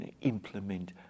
implement